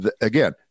Again